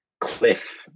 cliff